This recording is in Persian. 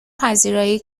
پذیرایی